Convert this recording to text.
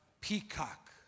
peacock